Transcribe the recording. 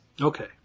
Okay